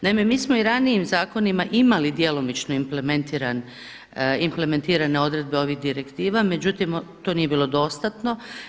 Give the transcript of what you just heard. Naime mi smo i ranijim zakonima imali implementirane odredbe ovih direktiva međutim to nije bilo dostatno.